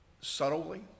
subtly